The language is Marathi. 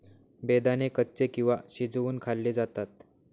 बेदाणे कच्चे किंवा शिजवुन खाल्ले जातात